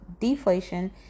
deflation